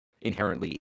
inherently